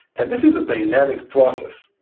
and this is a dynamic process.